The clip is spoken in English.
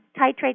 titrate